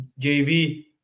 JV